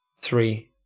three